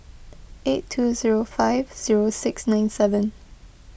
eight two zero five zero six nine seven